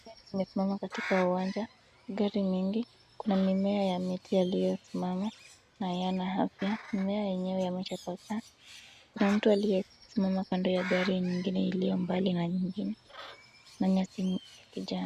Zimesimama katika uwanja gari mingi. Kuna mimea ya miti iliyosimama na ina afya. Mimea yenyewe imetapakaa. Kuna mtu aliyesimama kando ya gari ingine iliyo mbali na nyingine na nyasi ya kijani.